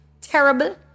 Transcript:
terrible